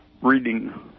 reading